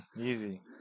Easy